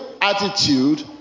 attitude